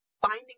finding